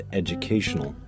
educational